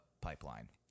pipeline